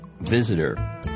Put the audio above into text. visitor